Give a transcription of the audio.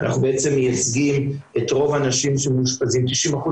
אחד הדברים שאנחנו מדברים עליו בצורה מאוד מאוד חזקה הצוות